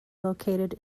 located